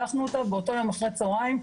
לקחנו אותה ובאותו יום אחרי הצוהריים,